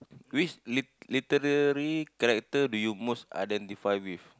which literary character do you most identify with